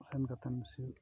ᱥᱮᱱ ᱠᱟᱛᱮᱫ ᱥᱤᱭᱳᱜ